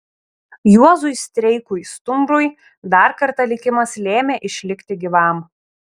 juozui streikui stumbrui dar kartą likimas lėmė išlikti gyvam